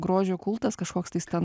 grožio kultas kažkoks tai stan